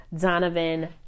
Donovan